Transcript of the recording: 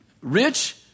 Rich